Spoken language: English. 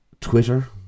Twitter